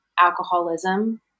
alcoholism